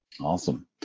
Awesome